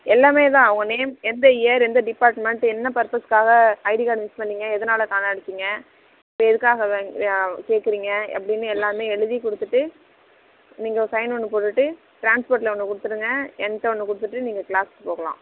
எல்லாமே தான் உங்கள் நேம் எந்த இயர் எந்த டிபார்ட்மெண்ட் என்ன பர்பஸ்க்காக ஐடி கார்டு மிஸ் பண்ணீங்க எதனால காணடிச்சீங்க இப்போ எதுக்காக வா கேட்குறீங்க அப்படி எல்லாமே எழுதி கொடுத்துட்டு நீங்கள் ஒரு சைன் ஒன்று போட்டுவிட்டு டிரான்ஸ்போர்ட்டில் ஒன்று கொடுத்துருங்க என்கிட்ட ஒன்று கொடுத்துட்டு நீங்கள் கிளாஸ்சுக்கு போகலாம்